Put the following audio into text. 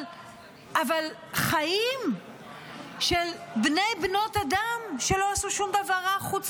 אבל חיים של בני ובנות אדם שלא עשו שום דבר רע חוץ